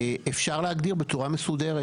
אפשר להגיד בצורה מסודרת,